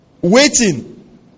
Waiting